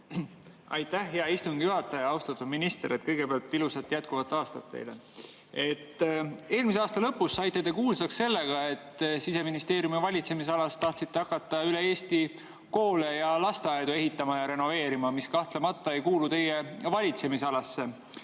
Aitäh, hea istungi juhataja! Austatud minister! Kõigepealt – ilusat jätkuvat aastat teile! Eelmise aasta lõpus saite te kuulsaks sellega, et Siseministeeriumi valitsemisalas tahtsite hakata üle Eesti koole ja lasteaedu ehitama ja renoveerima. See kahtlemata ei kuulu teie valitsemisalasse.